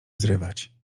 zrywać